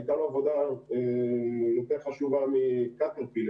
הייתה לו עבודה יותר חשובה מ- Caterpillar